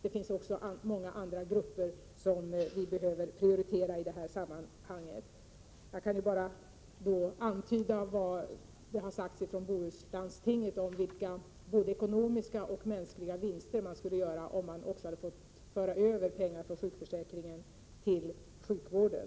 Det finns också många andra grupper som behöver prioriteras i detta sammanhang. Jag vill härmed bara antyda vad som har sagts från Bohuslandstingets sida om vilka ekonomiska och mänskliga vinster man skulle kunna göra om man hade fått föra över pengar från sjukförsäkringen till sjukvården.